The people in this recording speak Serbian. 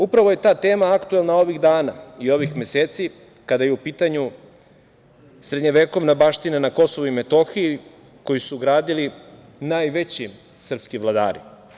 Upravo je ta tema aktuelna ovih dana i ovih meseci kada je u pitanju srednjovekovna baština na Kosovu i Metohiji, koju su gradili najveći srpski vladari.